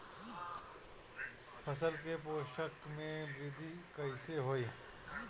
फसल के पोषक में वृद्धि कइसे होई?